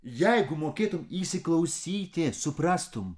jeigu mokėtum įsiklausyti suprastum